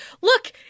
look